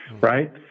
right